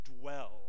dwell